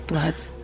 Bloods